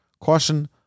caution